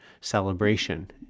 celebration